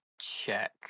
check